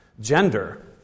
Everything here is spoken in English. Gender